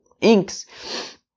inks